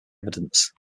evidence